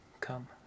Come